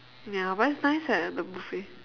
ya but it's nice eh the buffet